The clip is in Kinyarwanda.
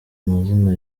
amazina